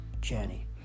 journey